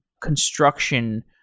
construction